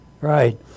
right